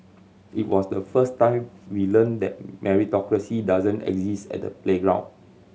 it was the first time we learnt that meritocracy doesn't exist at the playground